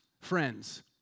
friends